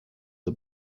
the